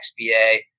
XBA